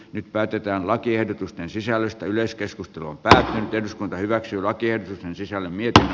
nyt päätetään lakiehdotusten sisällöstä yleiskeskustelun päälähtö on hyväksy lakien sisällön mitä